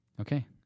Okay